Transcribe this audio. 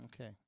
Okay